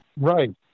right